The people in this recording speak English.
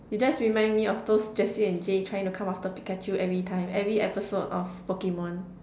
you just remind me of those Jessie and James trying to come after Pikachu every time every episode of Pokemon